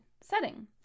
setting